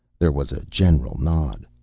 there was a general nod.